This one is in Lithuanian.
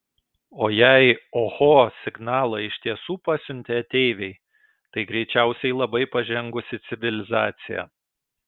o jei oho signalą iš tiesų pasiuntė ateiviai tai greičiausiai labai pažengusi civilizacija